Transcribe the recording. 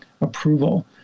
approval